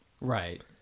Right